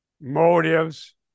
motives